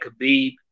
Khabib